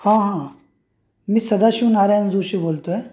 हां हां मी सदाशिव नारायन जोशी बोलतोय